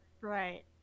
Right